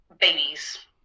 babies